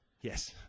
Yes